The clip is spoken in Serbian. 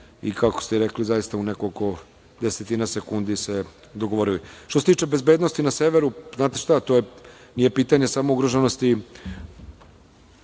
i kako ste rekli, u nekoliko desetina sekundi se dogovorili. Što se tiče bezbednosti na severu, to nije pitanje samo ugroženosti